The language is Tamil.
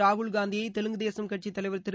ராகுல் காந்தியை தெலுங்கு தேசம் கட்சித் தலைவர் திரு